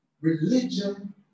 Religion